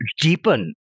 deepen